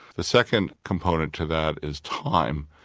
the second component to that is time.